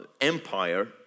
empire